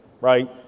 Right